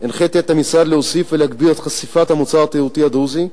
הנחיתי את המשרד להוסיף ולהגביר את חשיפת המוצר התיירותי הדרוזי,